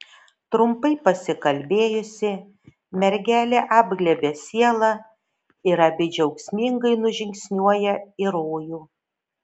trumpai pasikalbėjusi mergelė apglėbia sielą ir abi džiaugsmingai nužingsniuoja į rojų